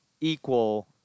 equal